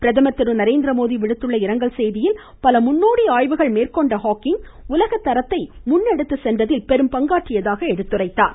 பிரதமர் திருநரேந் திரமோடி விடுத்துள்ள இரங்கல் செய்தியி ல் பல முன் னோடி ஆய்வுகள் மேற் கொண்ட ஹக்கிங் உகக தத்தை முன்னெடுத் துச் கென் றதில் பெரும் பங்காற் றியதாக எடுத் துறத்தார்